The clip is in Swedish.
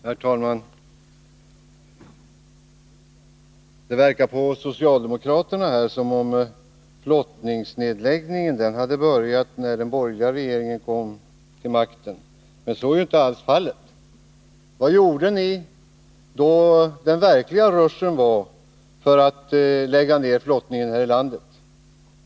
Herr talman! Det verkar på socialdemokraterna här som om flottningsnedläggningen hade börjat när den borgerliga regeringen kom till makten, men så är inte alls fallet. Vad gjorde ni under den verkliga ruschen med att lägga ned flottningen här i landet?